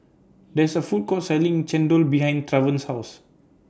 There IS A Food Court Selling Chendol behind Travon's House